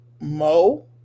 Mo